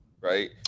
Right